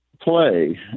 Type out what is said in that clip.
play